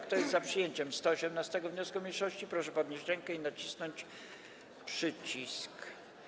Kto jest za przyjęciem 118. wniosku mniejszości, proszę podnieść rękę i nacisnąć przycisk.